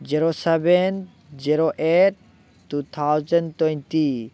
zero seven zero eight two thousand twenty